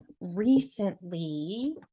recently